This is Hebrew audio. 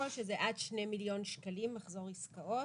שזה עד שני מיליון שקלים מחזור עסקאות.